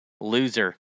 Loser